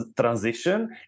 transition